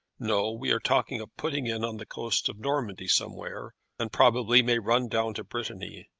no. we are talking of putting in on the coast of normandy somewhere and probably may run down to brittany.